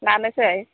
लानोसै